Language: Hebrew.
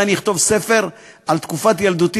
אולי אני יום אחד אכתוב ספר על תקופת ילדותי